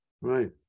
right